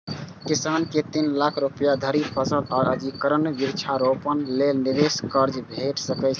किसान कें तीन लाख रुपया धरि फसल आ यंत्रीकरण, वृक्षारोपण लेल निवेश कर्ज भेट सकैए